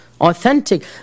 authentic